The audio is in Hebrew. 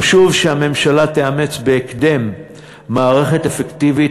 חשוב שהממשלה תאמץ בהקדם מערכת אפקטיבית